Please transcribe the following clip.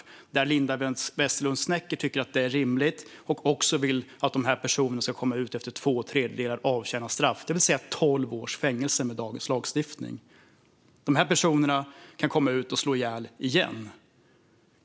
Det tycker Linda Westerlund Snecker är rimligt, och hon vill också att de här personerna ska komma ut efter att ha avtjänat två tredjedelar av straffet, det vill säga tolv års fängelse med dagens lagstiftning. De här personerna kan alltså komma ut och slå ihjäl igen.